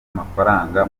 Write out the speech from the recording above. amafaranga